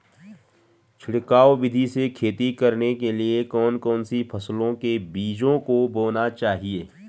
छिड़काव विधि से खेती करने के लिए कौन कौन सी फसलों के बीजों को बोना चाहिए?